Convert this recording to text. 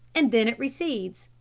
and then it recedes.